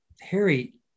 Harry